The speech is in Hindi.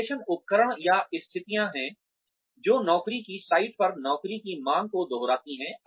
सिमुलेशन उपकरण या स्थितियां हैं जो नौकरी की साइट पर नौकरी की मांगों को दोहराती हैं